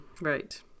right